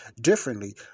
differently